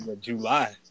July